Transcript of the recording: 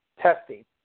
testing